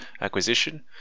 acquisition